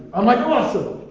i'm like, awesome!